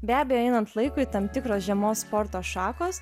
be abejo einant laikui tam tikros žiemos sporto šakos